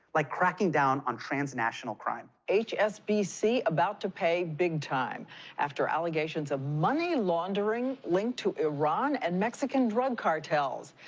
like cracking down on transnational crime. hsbc about to pay big time after allegations of money laundering linked to iran and mexican drug cartels.